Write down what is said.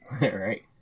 Right